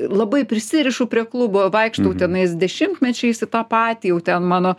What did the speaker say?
labai prisirišu prie klubo vaikštau tenais dešimtmečiais į tą patį jau ten mano